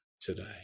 today